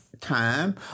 time